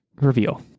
reveal